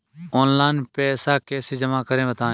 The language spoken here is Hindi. ऑनलाइन पैसा कैसे जमा करें बताएँ?